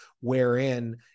wherein